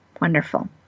Wonderful